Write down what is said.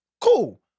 Cool